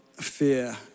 fear